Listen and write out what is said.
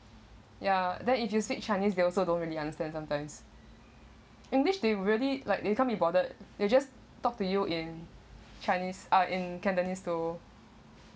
ya then if you speak chinese they also don't really understand sometimes english they really like they can't be bothered they just talk to you in chinese ah in cantonese though